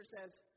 says